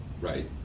right